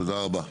תודה רבה.